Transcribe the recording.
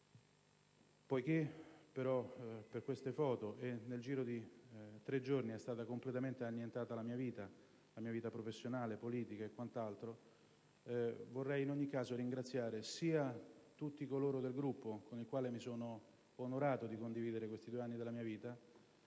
voi. Però per queste foto, e nel giro di tre giorni, è stata completamente annientata la mia vita, la mia vita professionale, politica e quant'altro. Vorrei in ogni caso ringraziare tutti gli appartenenti al Gruppo con i quali mi sono onorato di condividere questi due anni della mia vita.